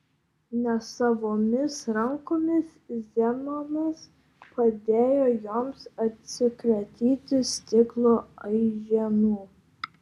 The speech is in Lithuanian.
nesavomis rankomis zenonas padėjo joms atsikratyti stiklo aiženų